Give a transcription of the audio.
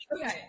Okay